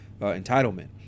Entitlement